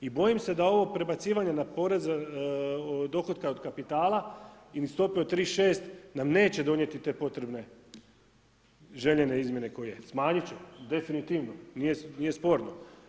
I bojim se da ovo prebacivanje na porez dohotka od kapitala ili stope od 3,6 nam neće donijeti te potrebne željene izmjene koje je, smanjiti će, definitivno, nije sporno.